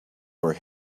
were